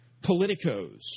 politicos